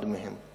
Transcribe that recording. אחד מהם.